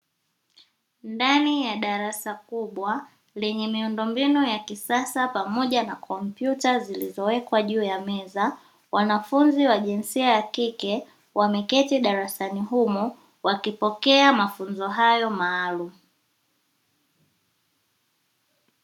Ndani ya darasa kubwa lenye miundombinu ya kisasa pamoja na kompyuta zilizowekwa juu ya meza, wanafunzi wa jinsia ya kike wameketi darasani humo wakipokea mafunzo hayo maalumu.